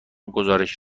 گزارش